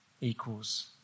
Equals